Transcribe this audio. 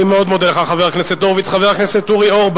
אני מאוד מודה לך, חבר הכנסת הורוביץ.